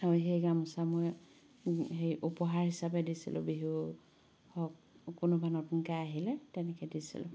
আৰু সেই গামোচা মই সেই উপহাৰ হিচাপে দিছিলোঁ বিহু হওক কোনোবা নতুনকে আহিলে তেনেকে দিছিলোঁ